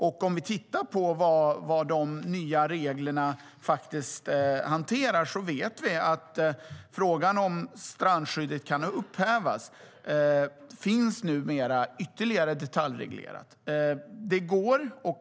Låt oss titta på vad de nya reglerna faktiskt hanterar. Frågan om strandskyddet kan upphävas är numera ytterligare detaljreglerad. Det går.